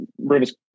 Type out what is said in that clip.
Rivers